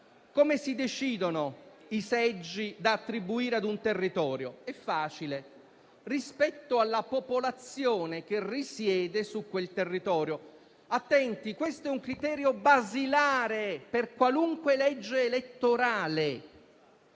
Come si decidono i seggi da attribuire ad un territorio? È facile: rispetto alla popolazione che risiede su quel territorio. Badate bene, questo è un criterio basilare per qualunque legge elettorale,